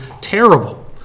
terrible